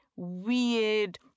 Weird